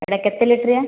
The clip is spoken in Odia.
ଏଇଟା କେତେ ଲିଟ୍ରିଆ